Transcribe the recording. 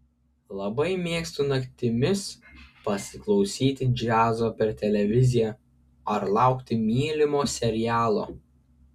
labai mėgstu naktimis pasiklausyti džiazo per televiziją ar laukti mylimo serialo